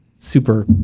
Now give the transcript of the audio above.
super